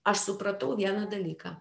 aš supratau vieną dalyką